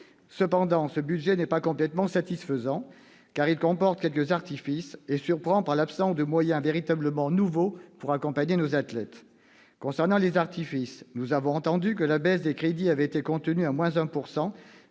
Cependant, ce budget n'est pas complètement satisfaisant, car il comporte quelques artifices et surprend par l'absence de moyens véritablement nouveaux pour accompagner nos athlètes. Concernant les artifices, nous avons entendu que la baisse des crédits avait été contenue à 1 %